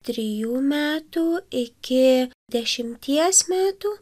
trijų metų iki dešimties metų